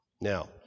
Now